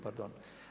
Pardon.